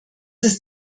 ist